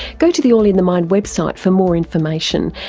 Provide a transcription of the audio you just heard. go to the all in the mind website for more information,